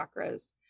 chakras